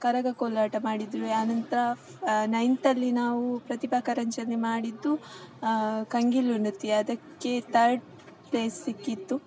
ಕರಗ ಕೋಲಾಟ ಮಾಡಿದ್ವಿ ಆನಂತರ ನೈಂತಲ್ಲಿ ನಾವು ಪ್ರತಿಭಾ ಕಾರಂಜಿಯಲ್ಲಿ ಮಾಡಿದ್ದು ಕಂಗೀಲು ನೃತ್ಯ ಅದಕ್ಕೆ ತರ್ಡ್ ಪ್ಲೇಸ್ ಸಿಕ್ಕಿತ್ತು